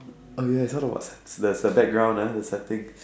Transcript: oh ya I saw the there's a background ah the setting